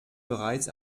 bereits